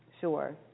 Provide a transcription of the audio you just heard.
Sure